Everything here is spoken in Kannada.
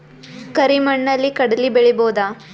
ಕರಿ ಮಣ್ಣಲಿ ಕಡಲಿ ಬೆಳಿ ಬೋದ?